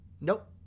nope